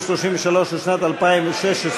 סעיף 33 לשנת 2016,